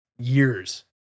years